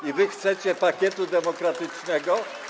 I wy chcecie pakietu demokratycznego?